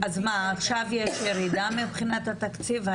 אז מה, עכשיו יש ירידה מבחינת התקציב?